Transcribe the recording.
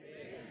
Amen